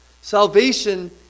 Salvation